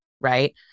right